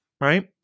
right